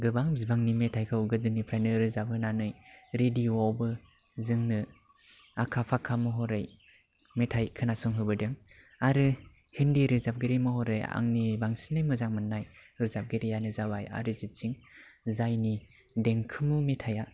गोबां बिबांनि मेथाइखौ गोदोनिफ्रायनो रोजाबबोनानै रेडिय'आवबो जोंनो आखा फाखा महरै मेथाइ खोनासंहोबोदों आरो हिन्दी रोजाबगिरि महरै आंनि बांसिनङै मोजां मोननाय रोजाबगिरिआनो जाबाय आरिजिट सिं जायनि देंखोमु मेथाइआ